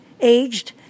aged